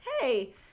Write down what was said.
hey